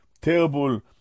terrible